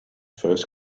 first